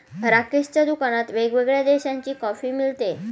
राकेशच्या दुकानात वेगवेगळ्या देशांची कॉफी मिळते